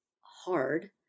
hard